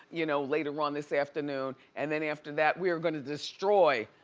you know, later on this afternoon. and then after that, we are gonna destroy.